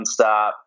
nonstop